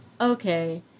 okay